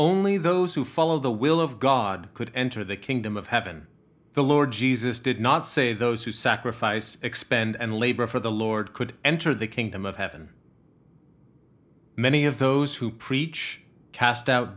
only those who follow the will of god could enter the kingdom of heaven the lord jesus did not say those who sacrifice expend and labor for the lord could enter the kingdom of heaven many of those who preach cast out